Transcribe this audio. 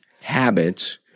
habits